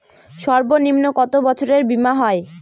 সর্বনিম্ন কত বছরের বীমার হয়?